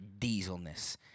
dieselness